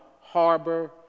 harbor